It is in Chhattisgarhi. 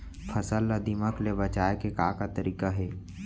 फसल ला दीमक ले बचाये के का का तरीका हे?